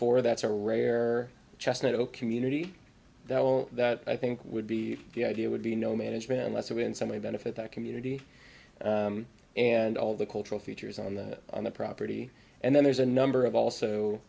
for that's a rare chestnut oh community that well that i think would be the ideal would be no management less so in some way benefit that community and all the cultural features on the on the property and then there's a number of also